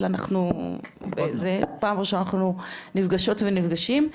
אבל זה פעם ראשונה אנחנו נפגשות ונפגשים,